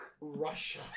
Russia